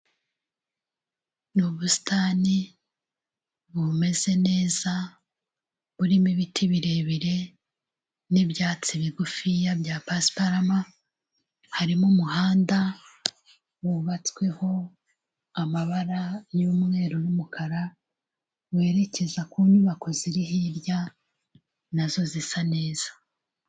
Ni ubusitani bumeze neza burimo ibiti birebire n'ibyatsi bigufiya bya pasiparama, harimo umuhanda wubatsweho amabara y'umweru n'umukara, werekeza ku nyubako ziri hirya nazo zisa neza.